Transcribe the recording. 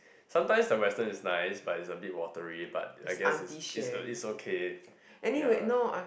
sometimes the western is nice but is a bit watery but I guess is is a is okay ya